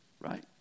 right